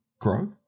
grow